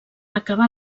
acabar